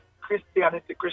Christianity